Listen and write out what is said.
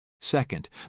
Second